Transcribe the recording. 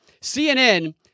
CNN